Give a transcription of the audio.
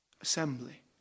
Assembly